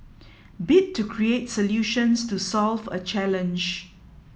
bit to create solutions to solve a challenge